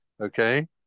okay